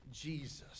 Jesus